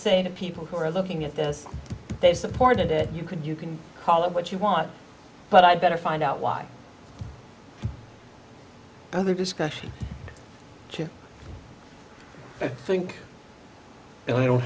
say to people who are looking at this they supported it you can you can call it what you want but i'd better find out why other discussion i think and i don't